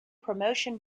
promotion